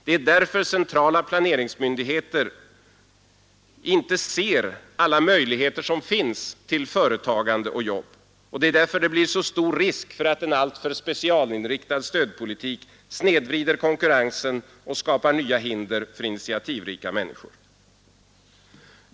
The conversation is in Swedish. Det är därför centrala planeringsmyndigheter inte ser alla möjligheter som finns till företagande och jobb och det är därför det blir så stor risk att en alltför specialinriktad stödpolitik snedvrider konkurrensen och skapar nya hinder för initiativrika människor.